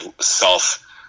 self